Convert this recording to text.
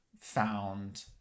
found